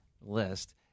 list